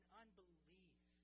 unbelief